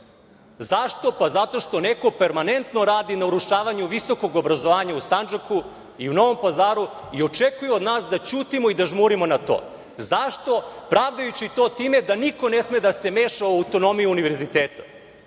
Zašto? Pa, zato što neko permanentno radi na urušavanju visokog obrazovanja u Sandžaku i u Novom Pazaru i očekuju od nas da ćutimo i da žmurimo na to. Zašto? Pravdajući to time da niko ne sme da se meša u autonomiju univerziteta.